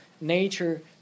nature